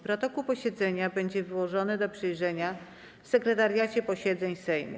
Protokół posiedzenia będzie wyłożony do przejrzenia w Sekretariacie Posiedzeń Sejmu.